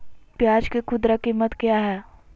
प्याज के खुदरा कीमत क्या है?